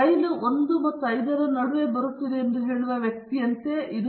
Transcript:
ರೈಲು 1 ಮತ್ತು 5 ರ ನಡುವೆ ಬರುತ್ತಿದೆ ಎಂದು ಹೇಳುವ ವ್ಯಕ್ತಿಯಂತೆ ಇದು